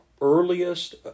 earliest